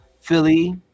Philly